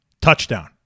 touchdown